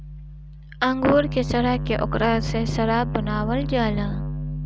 अंगूर के सड़ा के ओकरा से शराब बनावल जाला